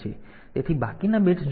તેથી બાકીના બિટ્સ જોડાયેલા નથી